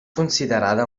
considerada